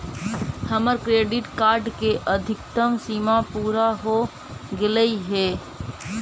हमर credit card के अधिकतम सीमा पूरा हो गेलई हे